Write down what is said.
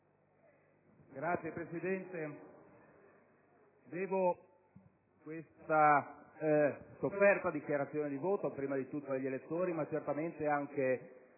Grazie, Presidente.